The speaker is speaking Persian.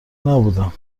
نبودم